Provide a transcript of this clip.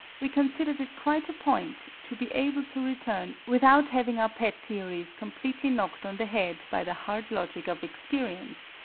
we considered it quite a point to be able to return without having our pet theories completely knocked on the head by the hard logic of experience,